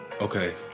Okay